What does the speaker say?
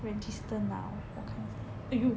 register now 我看一下 !aiyo!